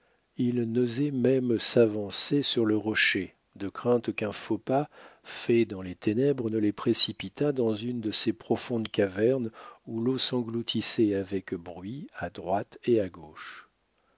ils n'osaient même s'avancer sur le rocher de crainte qu'un faux pas fait dans les ténèbres ne les précipitât dans une de ces profondes cavernes où l'eau s'engloutissait avec bruit à droite et à gauche